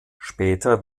später